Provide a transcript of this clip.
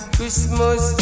Christmas